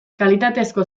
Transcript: kalitatezko